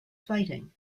fighting